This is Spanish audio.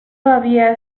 había